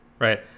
right